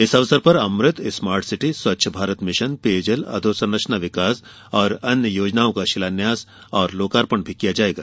इस अवसर पर Amrut smart city Swachh Bharat mission पेयजल अधोसंरचना विकास और अन्य योजनाओं का शिलान्यास और लोकार्पण भी किया जायेगा